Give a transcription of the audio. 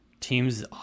Teams